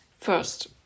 first